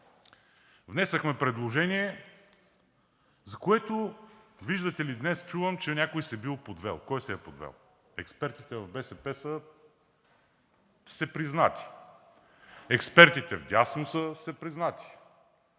Внесохме предложение, за което, виждате ли, днес чувам, че някой се бил подвел. Кой се е подвел? Експертите в БСП са всепризнати. Експертите вдясно са всепризнати.